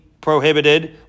prohibited